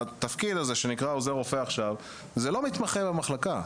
שהתפקיד שנקרא עוזר רופא זה לא מתמחה במחלקה.